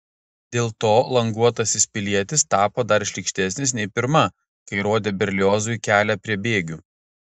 dėl to languotasis pilietis tapo dar šlykštesnis nei pirma kai rodė berliozui kelią prie bėgių